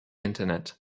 internet